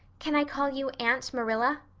can i call you aunt marilla?